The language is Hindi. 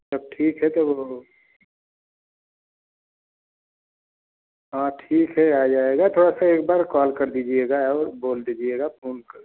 सब ठीक है तो हाँ ठीक है आ जाएगा थोड़ा सा एक बार कॉल कर दीजिएगा और बोल दीजिएगा फ़ोन करो